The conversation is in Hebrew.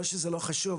לא שזה לא חשוב,